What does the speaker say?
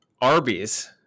Arby's